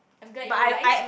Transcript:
I'm glad you realised